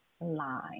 line